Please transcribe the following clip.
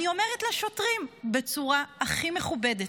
אני אומרת לשוטרים בצורה הכי מכובדת,